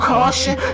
Caution